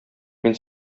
мин